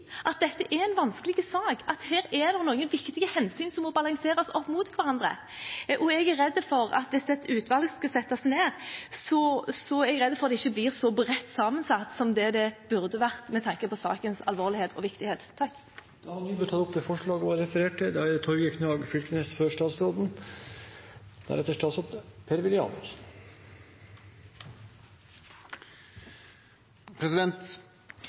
at dette er en vanskelig sak, og at det er noen viktige hensyn som må balanseres opp mot hverandre. Jeg er redd for at hvis et utvalg skal settes ned, blir det ikke så bredt sammensatt som det burde vært, med tanke på sakens alvorlighet og viktighet. Representanten Iselin Nybø har tatt opp det forslaget hun refererte til.